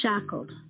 Shackled